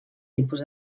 tipus